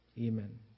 Amen